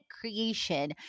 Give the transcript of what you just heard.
creation